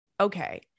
okay